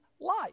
life